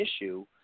issue